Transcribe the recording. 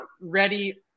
ready